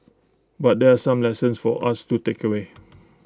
but there are some lessons for us to takeaway